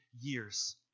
years